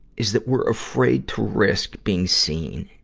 is that we're afraid to risk being seen,